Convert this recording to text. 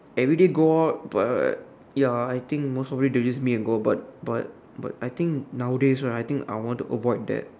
everyday go out but ya I think most of it they'll just meet and go out but but but I think nowadays right I think I would want to avoid that